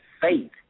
faith